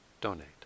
donate